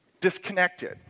disconnected